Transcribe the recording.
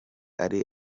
ari